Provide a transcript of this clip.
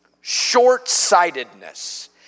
Short-sightedness